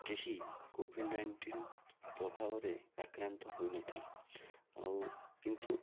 କେହି COVID nineteen ପ୍ରଭାବରେ ଆକ୍ରାନ୍ତ ହୋଇନଥିଲେ ଆଉ କିନ୍ତୁ